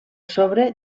sobre